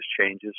changes